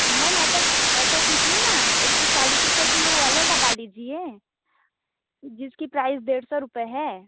ma'am ऐसा ऐसा कीजिए ना एक सौ चालिस रुपए वाला लगा दीजिए जिसकी प्राइस डेढ़ सौ रुपए है